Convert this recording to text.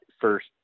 first